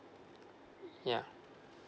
yeah